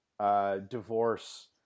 divorce